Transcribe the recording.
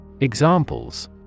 Examples